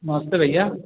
नमस्ते भैया